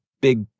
big